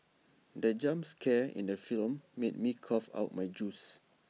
the jump scare in the film made me cough out my juice